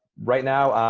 right now,